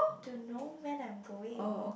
to know when I'm going